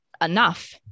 enough